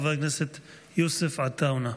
חבר הכנסת יוסף עטאונה.